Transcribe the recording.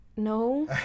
No